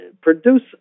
produce